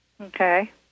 Okay